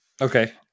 Okay